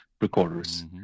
recorders